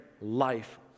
Life